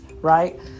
Right